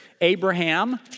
Abraham